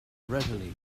readily